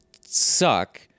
suck